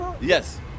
Yes